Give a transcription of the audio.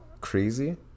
crazy